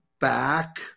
back